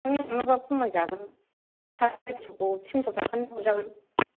दे नों लाङोब्ला खमाय जागोन साराय तिनस'खौ तिनस' थाखानि हारजागोन